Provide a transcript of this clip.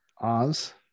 Oz